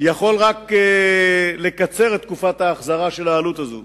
יכול רק לקצר את תקופת ההחזרה של העלות הזאת.